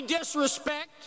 disrespect